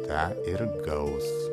tą ir gaus